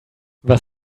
was